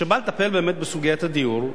שבא לטפל באמת בסוגיית הדיור,